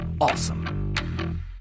awesome